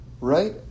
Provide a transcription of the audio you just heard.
right